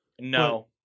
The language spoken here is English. No